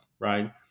right